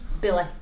Billy